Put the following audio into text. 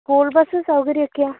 school bus സൗകര്യം ഒക്കെയോ